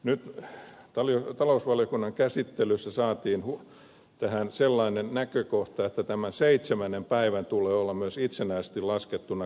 nyt talousvaliokunnan käsittelyssä saatiin tähän sellainen näkökohta että tämän seitsemännen päivän tulee olla myös itsenäisesti laskettuna kannattava